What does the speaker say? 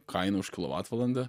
kainą už kilovatvalandę